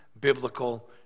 biblical